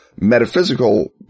metaphysical